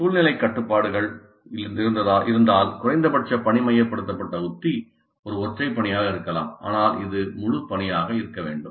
சூழ்நிலைக் கட்டுப்பாடுகள் இருந்தால் குறைந்தபட்ச பணி மையப்படுத்தப்பட்ட உத்தி ஒரு ஒற்றைப் பணியாக இருக்கலாம் ஆனால் அது முழு பணியாக இருக்க வேண்டும்